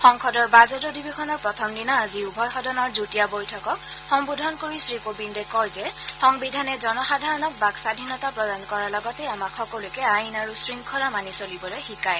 সংসদৰ বাজেট অধিবেশনৰ প্ৰথম দিনা আজি উভয় সদনৰ যুটীয়া বৈঠকক সম্নোধন কৰি শ্ৰীকোবিন্দে কয় যে সংবিধানে জনসাধাৰণক বাক্ স্বাধীনতা প্ৰদান কৰাৰ লগতে আমাক সকলোকে আইন আৰু শৃংখলা মানি চলিবলৈ শিকায়